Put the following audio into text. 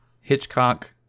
hitchcock